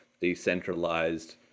decentralized